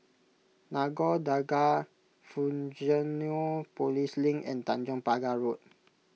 Nagore Dargah Fusionopolis Link and Tanjong Pagar Road